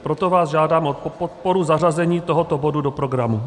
Proto vás žádám o podporu zařazení tohoto bodu do programu.